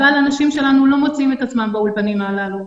אבל האנשים שלנו לא מוצאים את עצמם באולפנים הללו.